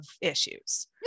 issues